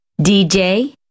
DJ